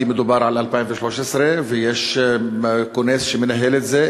כי מדובר על 2013 ויש כונס שמנהל את זה,